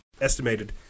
estimated